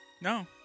No